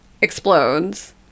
explodes